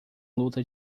luta